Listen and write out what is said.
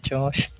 Josh